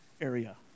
area